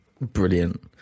Brilliant